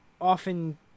often